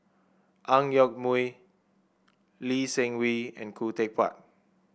Ang Yoke Mooi Lee Seng Wee and Khoo Teck Puat